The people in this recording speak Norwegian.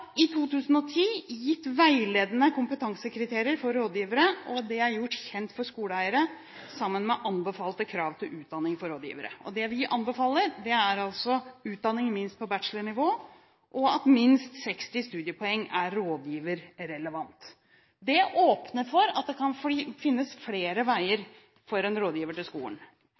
i 2010 gitt veiledende kompetansekriterier for rådgivere, og det er gjort kjent for skoleeiere sammen med anbefalte krav til utdanning for rådgivere. Det vi anbefaler, er utdanning minst på bachelornivå, og at minst 60 studiepoeng er «rådgiverrelevant». Det åpner for at det kan finnes flere veier for en rådgiver i skolen: lærerutdanninger, helseutdanninger, studier i samfunnsfag og utdanningsvitenskap osv. Yrkeserfaring og godt kjennskap til skolen